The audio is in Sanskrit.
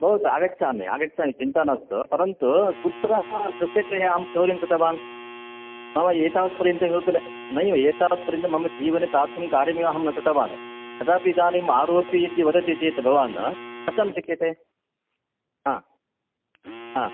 बहुत्र आगच्छामि आगच्छामि चिन्ता मास्तु परन्तु कुत्रः कस्य गृहे अहं चौर्यं कृतवान् मम एतावत् पर्यन्तम् इव किल नैव एतावत् पर्यन्तं मम जीवने तादृशं कार्यमेव अहं न कृतवान् कदापि इदानीम् आरोपी इति वदति चेत् भवान् कथं शक्यते ह ह